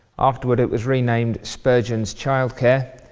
afterward it was renamed spurgeon's childcare.